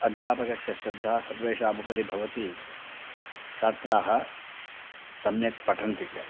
अध्यापकस्य श्रद्धा सर्वेषामुपरि भवति छात्राः सम्यक् पठन्ति च